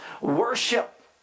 Worship